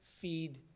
Feed